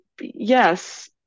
Yes